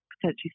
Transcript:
potentially